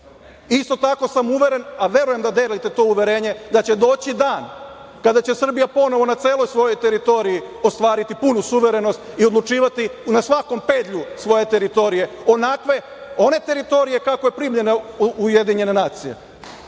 tako sam uveren, a verujem da delite to uverenje da će doći dan kada će Srbija ponovo na celoj svojoj teritoriji ostvariti punu suverenost i odlučivati na svakom pedlju svoje teritorije, one teritorije kako je primljena u UN i